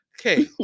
Okay